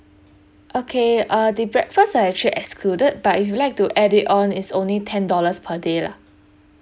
okay uh the breakfast are actually excluded but if you'd like to add it on it's only ten dollars per day lah